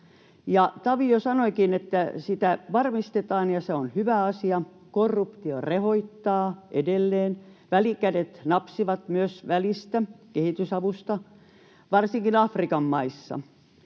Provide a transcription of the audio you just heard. Tavio sanoikin, että sitä varmistetaan, ja se on hyvä asia. Korruptio rehottaa edelleen, välikädet napsivat myös välistä kehitysavusta, varsinkin Afrikan maissa.